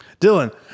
Dylan